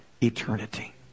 eternity